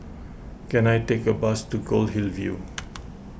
can I take a bus to Goldhill View